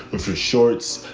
or for shorts.